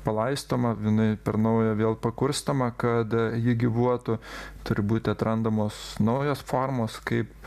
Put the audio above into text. palaistoma vinai per naują vėl pakurstomą kad ji gyvuotų turi būti atrandamos naujos formos kaip